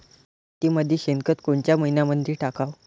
मातीमंदी शेणखत कोनच्या मइन्यामंधी टाकाव?